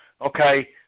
Okay